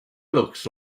looks